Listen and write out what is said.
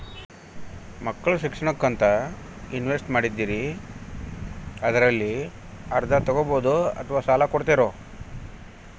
ಮಕ್ಕಳ ಶಿಕ್ಷಣಕ್ಕಂತ ಇನ್ವೆಸ್ಟ್ ಮಾಡಿದ್ದಿರಿ ಅದರಲ್ಲಿ ಅರ್ಧ ತೊಗೋಬಹುದೊ ಅಥವಾ ಸಾಲ ಕೊಡ್ತೇರೊ?